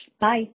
Bye